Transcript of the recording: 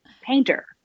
painter